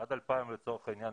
עד 2019,